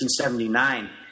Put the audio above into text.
1979